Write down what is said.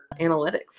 analytics